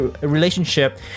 relationship